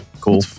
Cool